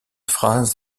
phrase